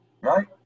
Right